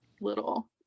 little